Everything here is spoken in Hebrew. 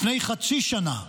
לפני חצי שנה,